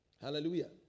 Hallelujah